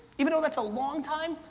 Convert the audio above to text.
even though that's a long time,